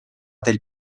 del